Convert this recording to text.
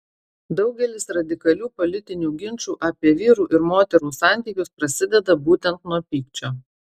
daugelis radikalių politinių ginčų apie vyrų ir moterų santykius prasideda būtent nuo pykčio